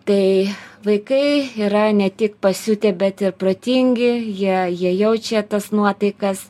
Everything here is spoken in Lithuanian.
tai vaikai yra ne tik pasiutę bet ir protingi jie jie jaučia tas nuotaikas